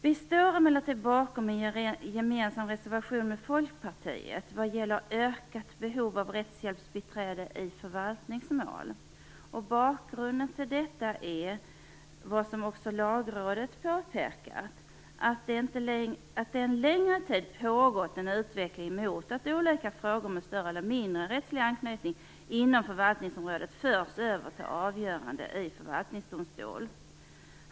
Vi står emellertid bakom en gemensam reservation med Folkpartiet vad gäller ökat behov av rättshjälpsbiträde i förvaltningsmål. Bakgrunden till detta är, som också Lagrådet påpekat, att det en längre tid pågått en utveckling mot att olika frågor med större eller mindre rättslig anknytning inom förvaltningsområdet förs över till avgörande i förvaltningsdomstol.